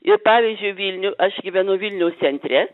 ir pavyzdžiui vilnių aš gyvenu vilniaus centre